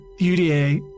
uda